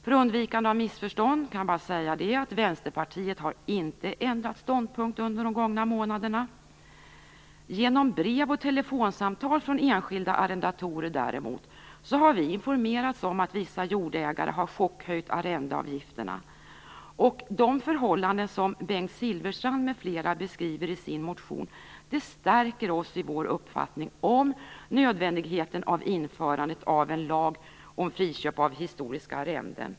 För undvikande av missförstånd vill jag säga att Vänsterpartiet inte har ändrat ståndpunkt under de gångna månaderna. Däremot har vi genom brev och telefonsamtal från enskilda arrendatorer informerats om att vissa jordägare har chockhöjt arrendeavgifterna. Detta, tillsammans med de förhållanden som Bengt Silfverstrand m.fl. beskriver i sin motion, stärker oss i vår uppfattning om nödvändigheten av att införa en lag om friköp av historiska arrenden.